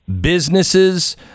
businesses